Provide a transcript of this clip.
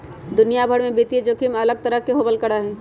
दुनिया भर में वित्तीय जोखिम अलग तरह के होबल करा हई